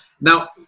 now